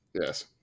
Yes